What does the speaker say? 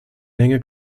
menge